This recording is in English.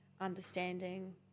understanding